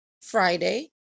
Friday